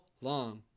long